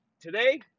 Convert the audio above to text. today